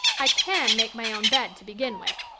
i can make my own bed to begin with.